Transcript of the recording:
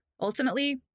ultimately